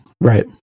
right